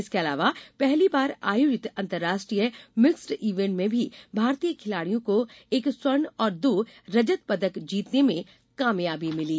इसके अलावा पहली बार आयोजित अंतर्राष्ट्रीय मिक्स्ड इवेंट में भी भारतीय खिलाड़ियों को एक स्वर्ण और दो रजत पदक जीतने में कामयाबी मिली